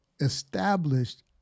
established